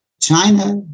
China